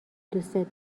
دوستت